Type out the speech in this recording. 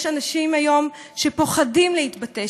יש אנשים היום שפוחדים להתבטא,